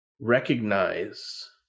recognize